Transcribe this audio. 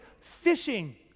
fishing